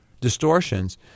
distortions